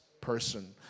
person